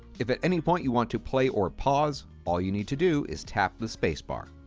if at any point you want to play or pause, all you need to do is tap the space bar.